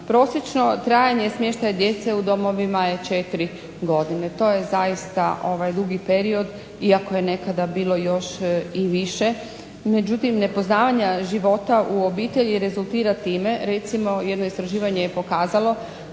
Prosječno trajanje smještaja djece u domovima je četiri godine. To je zaista dugi period iako je nekada bilo još i više. Međutim, nepoznavanje života u obitelji rezultira time recimo jedno istraživanje je pokazalo